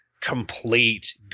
complete